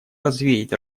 развеять